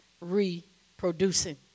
reproducing